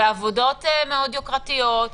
שעבדו בעבודות מאוד יוקרתיות,